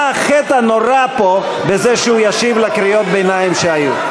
מה החטא הנורא פה בזה שהוא ישיב על קריאות ביניים שהיו?